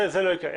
זה לא יקרה.